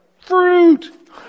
fruit